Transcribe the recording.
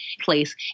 place